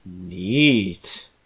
neat